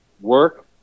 work